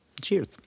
Cheers